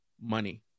money